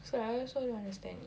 so I also don't understand him